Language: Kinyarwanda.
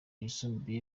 yisumbuye